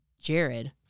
Jared